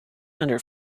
under